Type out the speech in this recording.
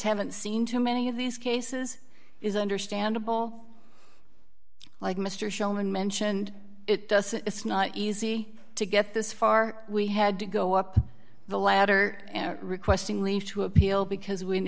haven't seen to many of these cases is understandable like mr schoeman mentioned it does it's not easy to get this far we had to go up the ladder requesting leave to appeal because we